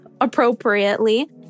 appropriately